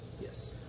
Yes